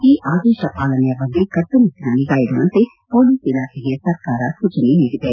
ಈ ಆದೇಶ ಪಾಲನೆಯ ಬಗ್ಗೆ ಕಟ್ಟುನಿಟ್ಟನ ನಿಗಾ ಇಡುವಂತೆ ಮೊಲೀಸ್ ಇಲಾಖೆಗೆ ಸರ್ಕಾರ ಸೂಚನೆ ನೀಡಿದೆ